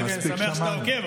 די, מספיק, שמענו.